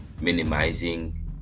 minimizing